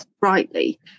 rightly